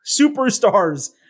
superstars